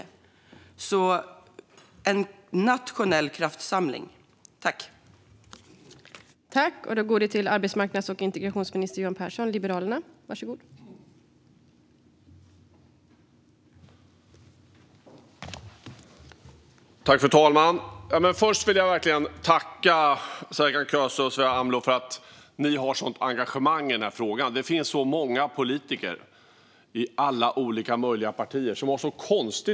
Vi vill se en nationell kraftsamling, tack!